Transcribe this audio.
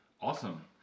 Awesome